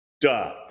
Duh